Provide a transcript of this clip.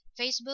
Facebook